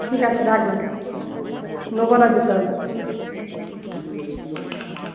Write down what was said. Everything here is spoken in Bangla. ঠিক আছে রাখলাম নোবো না জুতো আমি